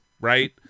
right